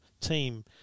team